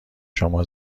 شما